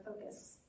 focus